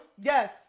Yes